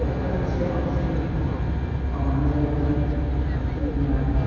अखाजोंसो बांसिन मावनानै जायो नालाय जोंनिया